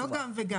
זה לא גם וגם.